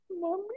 Mommy